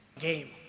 game